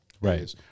right